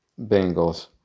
Bengals